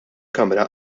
kamra